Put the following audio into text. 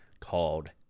called